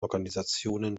organisationen